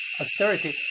austerity